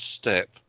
step